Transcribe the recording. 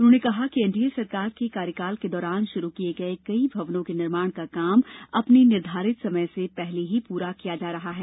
उन्होंने कहा कि एन डी ए सरकार के कार्यकाल के दौरान शुरू किये गए कई भवनों के निर्माण का काम अपने निर्धारित समय से पहले ही पूरा किया जा रहा है